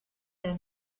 der